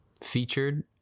featured